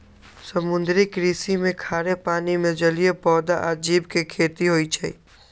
समुद्री कृषि में खारे पानी में जलीय पौधा आ जीव के खेती होई छई